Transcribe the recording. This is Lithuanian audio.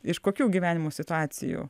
iš kokių gyvenimo situacijų